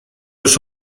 już